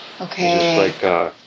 Okay